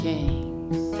Kings